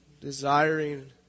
desiring